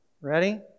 Ready